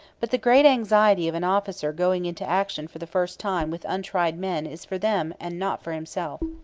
but the great anxiety of an officer going into action for the first time with untried men is for them and not for himself.